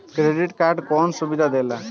Credit card कौन सुबिधा देला?